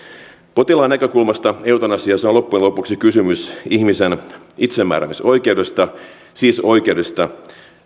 potilaan näkökulmasta eutanasiassa on loppujen lopuksi kysymys ihmisen itsemääräämisoikeudesta siis oikeudesta